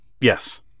Yes